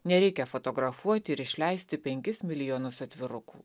nereikia fotografuoti ir išleisti penkis milijonus atvirukų